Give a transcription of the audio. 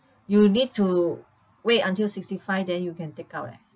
you need to wait until sixty-five then you can take out eh